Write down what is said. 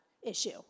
Issue